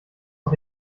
ist